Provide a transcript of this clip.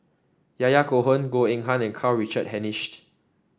Yahya Cohen Goh Eng Han and Karl Richard Hanitsch